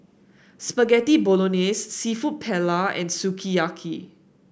Spaghetti Bolognese seafood Paella and Sukiyaki